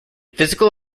physical